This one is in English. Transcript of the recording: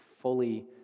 fully